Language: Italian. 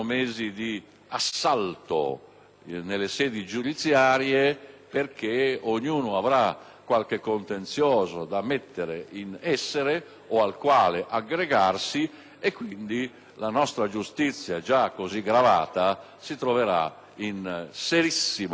alle sedi giudiziarie, perché ognuno avrà qualche contenzioso da porre in essere o al quale aggregarsi. Pertanto, la nostra giustizia, già così gravata, si troverà in serissima difficoltà.